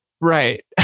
right